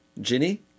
Ginny